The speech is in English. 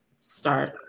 start